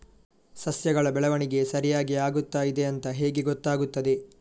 ಸಸ್ಯಗಳ ಬೆಳವಣಿಗೆ ಸರಿಯಾಗಿ ಆಗುತ್ತಾ ಇದೆ ಅಂತ ಹೇಗೆ ಗೊತ್ತಾಗುತ್ತದೆ?